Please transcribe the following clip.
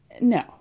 No